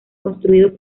construido